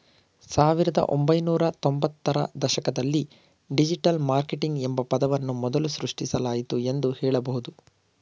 ಸಾವಿರದ ಒಂಬೈನೂರ ತ್ತೊಂಭತ್ತು ರ ದಶಕದಲ್ಲಿ ಡಿಜಿಟಲ್ ಮಾರ್ಕೆಟಿಂಗ್ ಎಂಬ ಪದವನ್ನು ಮೊದಲು ಸೃಷ್ಟಿಸಲಾಯಿತು ಎಂದು ಹೇಳಬಹುದು